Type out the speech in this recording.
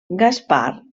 gaspar